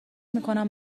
میکنم